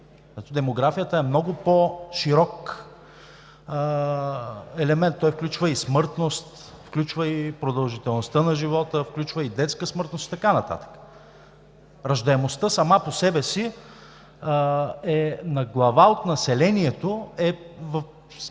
Демографията е много по широк елемент. Той включва – смъртност, продължителност на живота, детска смъртност и така нататък. Раждаемостта сама по себе си на глава от населението не